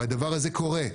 והדבר הזה קורה.